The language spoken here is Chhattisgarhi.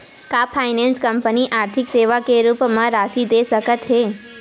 का फाइनेंस कंपनी आर्थिक सेवा के रूप म राशि दे सकत हे?